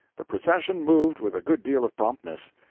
the procession moved with a good deal of promptness.